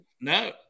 No